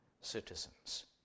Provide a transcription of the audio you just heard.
citizens